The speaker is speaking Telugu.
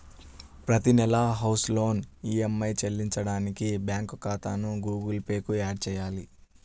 ప్రతి నెలా హౌస్ లోన్ ఈఎమ్మై చెల్లించడానికి బ్యాంకు ఖాతాను గుగుల్ పే కు యాడ్ చేయాలి